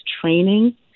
training